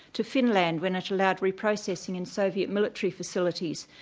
to finland when it allowed reprocessing in soviet military facilities,